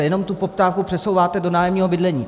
Jenom tu poptávku přesouváte do nájemního bydlení.